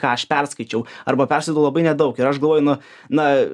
ką aš perskaičiau arba perskaitau labai nedaug ir aš galvoju nu na